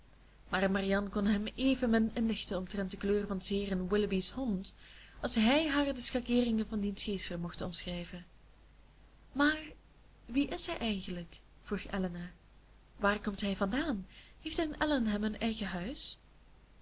marianne kon hem evenmin inlichten omtrent de kleur van s heeren willoughby's hond als hij haar de schakeeringen van diens geest vermocht te omschrijven maar wie is hij eigenlijk vroeg elinor waar komt hij vandaan heeft hij in allenham een eigen huis